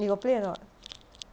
you got play or not